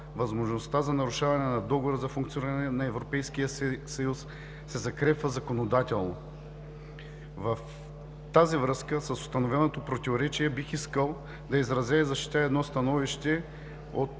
възможността за нарушаване на договора за функциониране на Европейския съюз се закрепва законодателно. Във връзка с установеното противоречие бих искал да изразя и защитя становище и